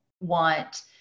want